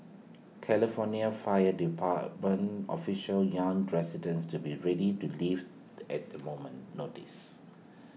California fire department officials young residents to be ready to leave at the moment's notice